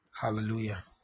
hallelujah